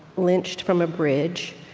lynched from a bridge.